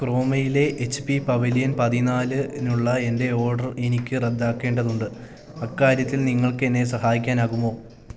ക്രോമയിലെ H P pavilion പതിനാലിനുള്ള എൻ്റെ order എനിക്കു റദ്ദാക്കേണ്ടതുണ്ട് അക്കാര്യത്തിൽ നിങ്ങൾക്കെന്നെ സഹായിക്കാനാകുമോ